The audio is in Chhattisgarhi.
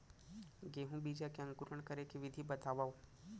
गेहूँ बीजा के अंकुरण करे के विधि बतावव?